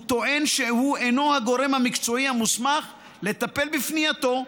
הוא טוען שהוא אינו הגורם המקצועי המוסמך לטפל בפנייתו,